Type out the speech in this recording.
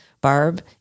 Barb